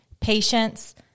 patience